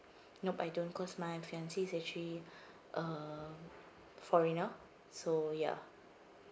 nope I don't cause my fiance is actually a foreigner so ya